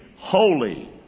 Holy